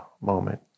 moment